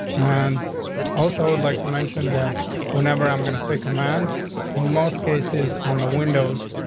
and also ah like to mention that whenever i'm gonna say command in most cases on the windows.